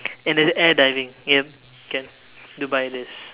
and there's air diving yup can to buy this